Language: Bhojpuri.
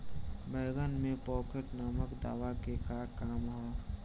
बैंगन में पॉकेट नामक दवा के का काम ह?